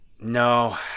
No